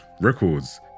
records